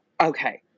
Okay